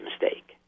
mistake